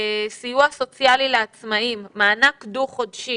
סיוע סוציאלי לעצמאים, מענק דו חודשי